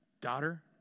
daughter